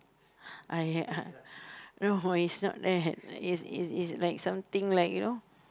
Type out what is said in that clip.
I ah no is not that is is is like something like you know